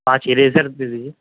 پانچ ایریزر دے دیجئے